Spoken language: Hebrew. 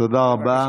תודה רבה.